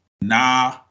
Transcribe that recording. Nah